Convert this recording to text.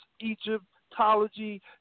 Egyptology